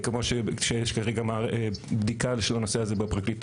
כמו שיש כרגע בדיקה על הנושא בפרקליטות,